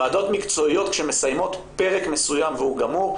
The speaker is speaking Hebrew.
ועדות מקצועיות כשהן מסיימות פרק מסוים והוא גמור,